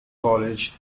college